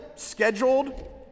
Scheduled